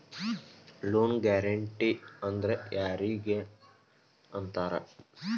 Loan guarantee ಅಂದ್ರ್ ಯಾರಿಗ್ ಅಂತಾರ?